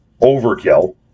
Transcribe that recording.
overkill